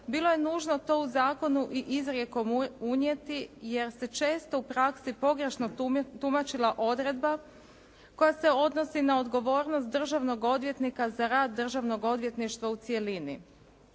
bilo je nužno to u zakonu i izrijekom unijeti, jer se često u praksi pogrešno tumačila odredba koja se odnosi na odgovornost državnog odvjetnika za rad, državnog odvjetništva u cjelini.